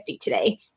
today